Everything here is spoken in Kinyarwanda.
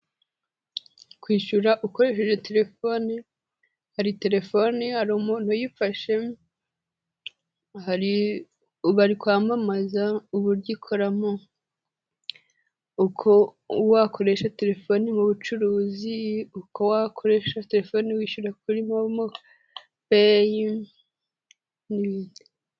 Kwishyura ukoresheje telefoni, hari telefoni, hari umuntu uyifashe, bari kwamamaza uburyo ikoramo, uko wakoresha telefoni mu bucuruzi, uko wakoresha telefoni wishyura kuri momo payi.